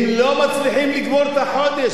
הם לא מצליחים לגמור את החודש,